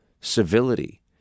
civility